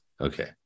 Okay